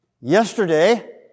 yesterday